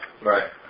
Right